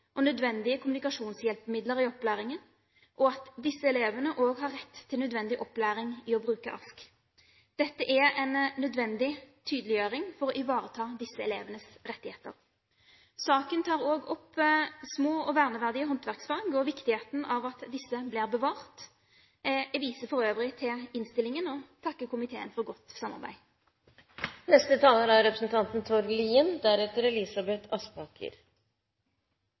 og nødvendige kommunikasjonshjelpemidler i opplæringen, og at disse elevene også har rett til nødvendig opplæring i å bruke ASK. Dette er en nødvendig tydeliggjøring for å ivareta disse elevenes rettigheter. I saken blir også små og verneverdige håndverksfag og viktigheten av at disse blir bevart, tatt opp. Jeg viser for øvrig til innstillingen og takker komiteen for godt samarbeid.